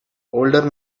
older